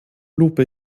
lupe